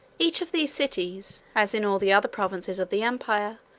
each of these cities, as in all the other provinces of the empire,